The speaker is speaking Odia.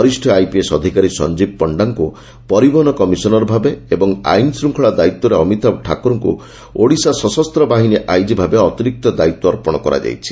ବରିଷ୍ଡ ଆଇପିଏସ୍ ଅଧିକାରୀ ସଂଜୀବ ପଣ୍ଢାଙ୍କୁ ପରିବହନ କମିଶନର ଭାବେ ଏବଂ ଆଇନ୍ ଶୃଙ୍ଖଳା ଦାୟିତ୍ୱରେ ଅମିତାଭ ଠାକୁରଙ୍କୁ ଓଡ଼ିଶା ସଶସ୍ତ ବାହିନୀ ଆଇଜି ଭାବେ ଅତିରିକ୍ତ ଦାୟିତ୍ ଅର୍ପଣ କରାଯାଇଛି